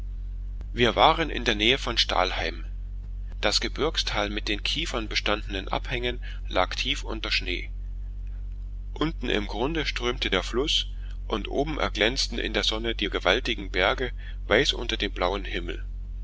wir waren in der nähe von stahlheim das gebirgstal mit den kiefernbestandenen abhängen lag tief unter schnee unten im grunde strömte der fluß und oben erglänzten in der sonne die gewaltigen berge weiß unter dem blauen himmel